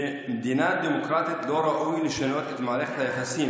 במדינה דמוקרטית לא ראוי לשנות את מערכת היחסים